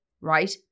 right